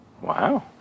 Wow